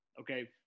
Okay